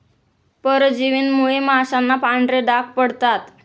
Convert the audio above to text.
परजीवींमुळे माशांना पांढरे डाग पडतात